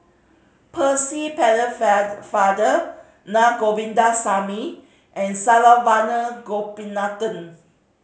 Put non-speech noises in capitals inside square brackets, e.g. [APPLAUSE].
Percy [UNINTELLIGIBLE] father Na Govindasamy and Saravanan Gopinathan